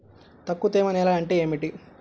తక్కువ తేమ నేల అంటే ఏమిటి?